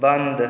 बंद